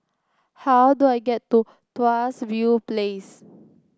how do I get to Tuas View Place